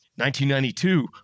1992